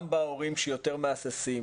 גם בהורים שיותר מהססים,